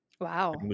Wow